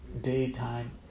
daytime